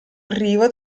arrivo